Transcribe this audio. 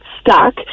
stuck